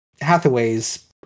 Hathaway's